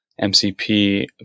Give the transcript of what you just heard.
MCP